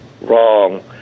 wrong